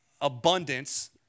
abundance